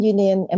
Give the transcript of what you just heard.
Union